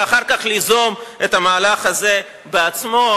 ואחר כך ליזום את המהלך הזה עצמו.